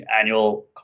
annual